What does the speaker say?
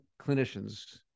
clinicians